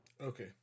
Okay